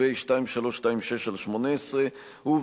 פ/2326/18, ד.